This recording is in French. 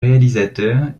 réalisateur